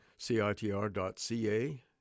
citr.ca